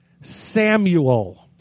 Samuel